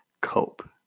cope